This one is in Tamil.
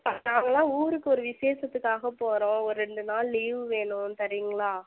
இப்போ நாங்கள்லாம் ஊருக்கு ஒரு விசேஷத்துக்காக போகிறோம் ஒரு ரெண்டு நாள் லீவு வேணும் தரீங்களா